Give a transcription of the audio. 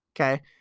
Okay